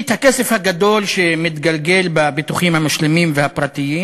הכסף הגדול שמתגלגל בביטוחים המשלימים והפרטיים